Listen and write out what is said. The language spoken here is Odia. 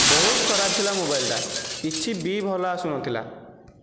ବହୁତ ଖରାପ ଥିଲା ମୋବାଇଲଟା କିଛି ବି ଭଲ ଆସୁନଥିଲା